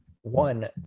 One